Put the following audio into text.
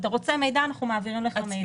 אם אתה רוצה מידע, אנחנו מעבירים לך את המידע.